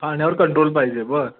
खाण्यावर कंट्रोल पाहिजे बरं